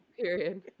Period